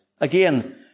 Again